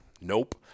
nope